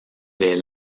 les